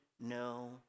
no